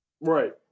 Right